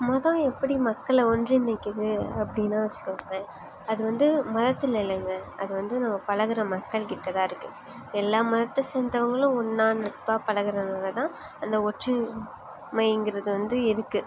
மதம் எப்படி மக்களை ஒன்றிணைக்கிறது அப்படின்னா வெச்சுக்கோங்களேன் அது வந்து மதத்தில் இல்லைங்க அது வந்து நம்ம பழகுகிற மக்கள்கிட்ட தான் இருக்குது எல்லா மதத்தை சேர்ந்தவங்களும் ஒன்றா நட்பாக பழகுகிறதுல தான் அந்த ஒற்றுமைங்கிறது வந்து இருக்குது